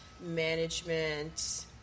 management